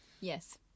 yes